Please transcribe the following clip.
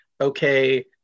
okay